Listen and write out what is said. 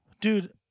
Dude